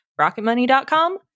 Rocketmoney.com